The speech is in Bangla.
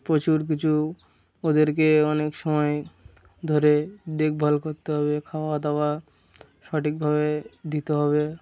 প্রচুর কিছু ওদেরকে অনেক সময় ধরে দেখভাল করতে হবে খাওয়া দাওয়া সঠিকভাবে দিতে হবে